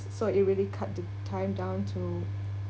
so it really cut the time down to